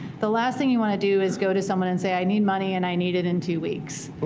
the last thing you want to do is go to someone and say, i need money, and i need it in two weeks.